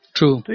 True